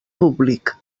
públic